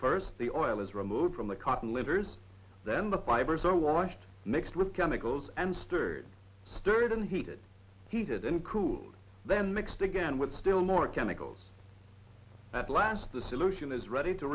first the oil is removed from the cotton livers then the fibers are washed mixed with chemicals and stirred stirred in heated heated and cooled then mixed again with still more chemicals at last the solution is ready to